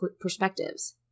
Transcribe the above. perspectives